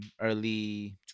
early